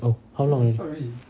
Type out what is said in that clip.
oh how long already